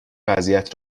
وضعیت